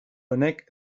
honek